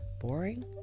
boring